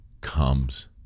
comes